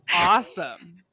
Awesome